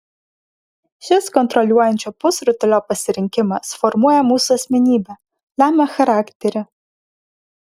šis kontroliuojančio pusrutulio pasirinkimas formuoja mūsų asmenybę lemia charakterį